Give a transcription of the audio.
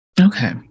Okay